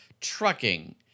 trucking